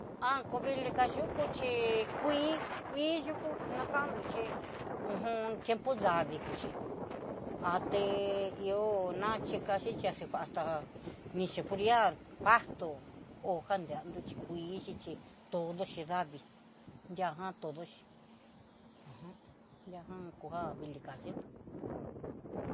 Han ko vili ka yukú xhí kuiin kuiin yukú nakando chí, uj tiempi davii kuchí até ihó nachi kachitiá xhí asta mi sefriar pasto, hoja nri xhi kuii xhi xhichi todo xhi davii nrijan todo xhí ajan ñakonga vili kaxhi ní.